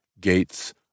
GATES